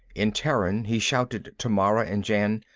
in terran he shouted to mara and jan.